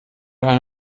ein